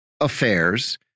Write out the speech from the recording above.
affairs